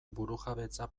burujabetza